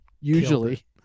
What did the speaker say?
usually